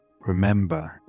remember